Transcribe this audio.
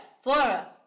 flora